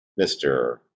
Mr